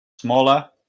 smaller